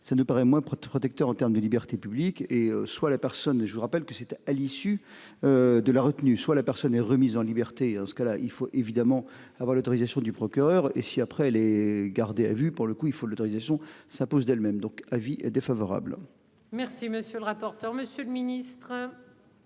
Ça ne paraît moins pour protecteur en terme de libertés publiques et soit les personnes et je vous rappelle que c'était à l'issue. De la retenue, soit la personne est remise en liberté dans ce cas-là, il faut évidemment avoir l'autorisation du procureur et si après les gardés à vue pour le coup, il faut l'autorisation. Ça pose d'elle-même, donc avis défavorable. Merci monsieur le rapporteur. Monsieur le Ministre.